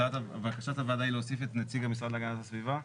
בקשת הוועדה היא להוסיף את נציג המשרד להגנת הסביבה?